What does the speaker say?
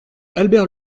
albert